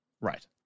Right